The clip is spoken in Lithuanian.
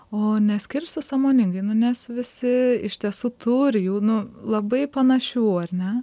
o neskirsiu sąmoningai nu nes visi iš tiesų turi jau nu labai panašių ar ne